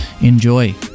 enjoy